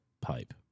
pipe